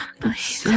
please